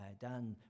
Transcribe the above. Dan